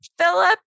Philip